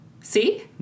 See